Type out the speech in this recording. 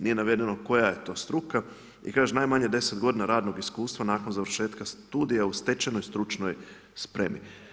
Nije navedeno koja je tu struka i kaže najmanje 10 godina radnog iskustva nakon završetka studija u stečenoj stručnoj spremi.